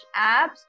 apps